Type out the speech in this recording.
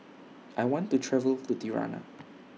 I want to travel to Tirana